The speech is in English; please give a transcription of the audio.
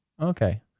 okay